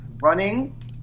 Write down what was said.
running